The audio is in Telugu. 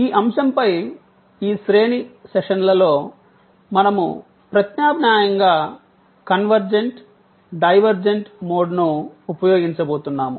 ఈ అంశంపై ఈ శ్రేణి సెషన్లలో మనము ప్రత్యామ్నాయంగా కన్వర్జెంట్ డైవర్జెంట్ మోడ్ను ఉపయోగించబోతున్నాము